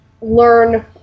learn